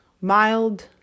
mild